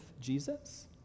jesus